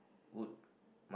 would